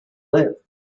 live